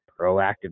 proactive